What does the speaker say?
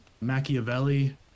Machiavelli